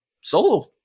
Solo